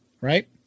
Right